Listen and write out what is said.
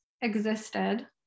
existed